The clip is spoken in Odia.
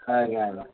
ଆଜ୍ଞା ଆଜ୍ଞା